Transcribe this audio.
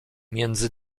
między